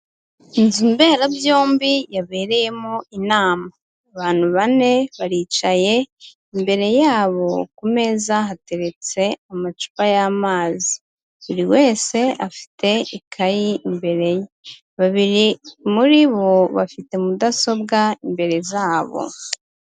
Inzu mberabyombi, yabereyemo inama. Abantu bane baricaye, imbere yabo ku meza hateretse amacupa y'amazi. Buri wese afite ikaye imbere ye. Babiri muri bo, bafite mudasobwa imbere zabo.